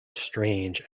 strange